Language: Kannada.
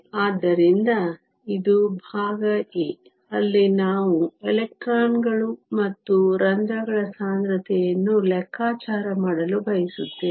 ಆದ್ದರಿಂದ ಇದು ಭಾಗ ಎ ಅಲ್ಲಿ ನಾವು ಎಲೆಕ್ಟ್ರಾನ್ಗಳು ಮತ್ತು ರಂಧ್ರಗಳ ಸಾಂದ್ರತೆಯನ್ನು ಲೆಕ್ಕಾಚಾರ ಮಾಡಲು ಬಯಸುತ್ತೇವೆ